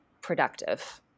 productive